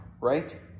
right